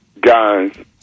Guys